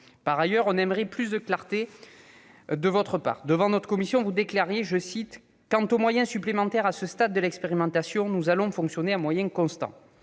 Par ailleurs, on aimerait plus de clarté de votre part. Devant notre commission, vous déclariez ceci :« Quant aux moyens supplémentaires, à ce stade de l'expérimentation, nous allons fonctionner à moyens constants. »